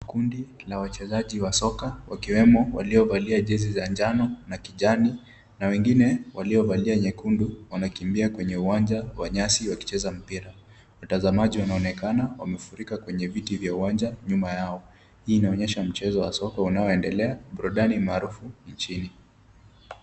Kundi la wachezaji wa soka wakiwemo waliovalia jezi za njano na kijani na wengine waliovalia nyekundu, wanakimbia kwenye uwanja wa nyasi wakicheza mpira. Watazamaji wanaonekana wamefurika kwenye viti vya uwanja nyuma yao. Hii inaonyesha mpira wa soka unaoendelea burudani maarufu nchini.